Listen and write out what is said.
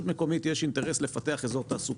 מקומית יש אינטרס לפתח אזור תעסוקה,